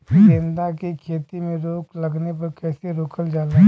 गेंदा की खेती में रोग लगने पर कैसे रोकल जाला?